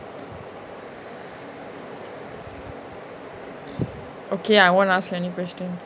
okay I won't ask any questions